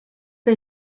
que